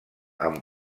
amb